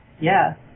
yes